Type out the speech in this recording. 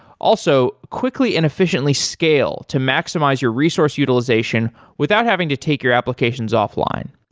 also, quickly and efficiently scale to maximize your resource utilization without having to take your applications offline.